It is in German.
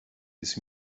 ist